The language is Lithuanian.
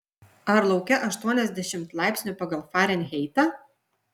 ar lauke aštuoniasdešimt laipsnių pagal farenheitą